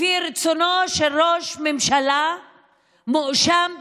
לפי רצונו של ראש ממשלה מואשם בפלילים,